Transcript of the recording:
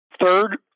Third